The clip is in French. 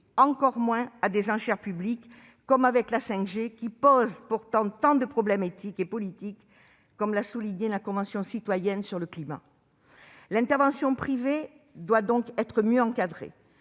encore moins à des enchères publiques, comme avec la 5G, qui pose pourtant tant de problèmes éthiques et politiques, comme l'a souligné la Convention citoyenne sur le climat. L'intervention privée doit donc être mieux encadrée.